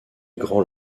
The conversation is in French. grands